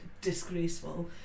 disgraceful